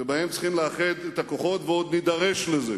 שבהם צריך לאחד את הכוחות, ועוד נידרש לזה,